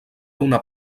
una